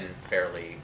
fairly